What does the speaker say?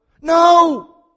No